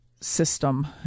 system